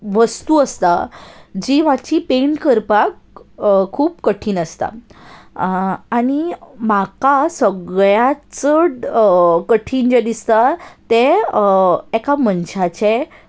वस्तू आसता जी मातशी पेंट करपाक खूब कठीण आसता आनी म्हाका सगळ्यांत चड कठीण जें दिसता तें एका मनशाचें